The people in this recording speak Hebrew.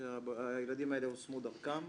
שהילדים האלה הושמו דרכם.